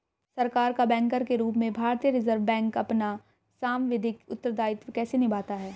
सरकार का बैंकर के रूप में भारतीय रिज़र्व बैंक अपना सांविधिक उत्तरदायित्व कैसे निभाता है?